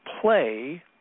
play